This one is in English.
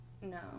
No